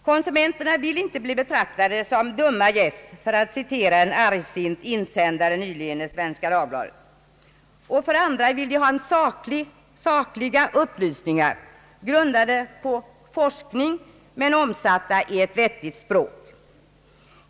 Konsumenterna vill inte bli betraktade som »dumma gäss», för att citera en argsint insändare nyligen i Svenska Dagbladet. De vill ha sakliga upplysningar, grundade på forskning men uttryckta på ett vettigt språk.